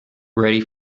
ready